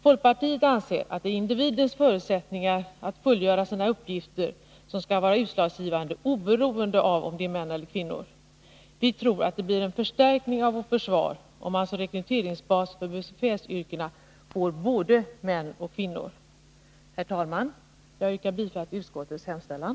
Folkpartiet anser att det är individens förutsättningar att fullgöra sina uppgifter som skall vara utslagsgivande, oberoende av om det är fråga om mäneller kvinnor. Vi tror att det blir en förstärkning av vårt försvar, om man som rekryteringsbas för befälsyrkena får både män och kvinnor. Herr talman! Jag yrkar bifall till utskottets hemställan.